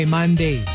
Monday